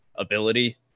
Ability